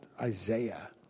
Isaiah